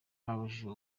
babujijwe